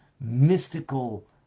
mystical